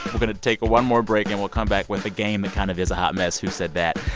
but to take one more break, and we'll come back with the game ah kind of is a hot mess, who said that.